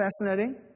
fascinating